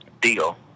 deal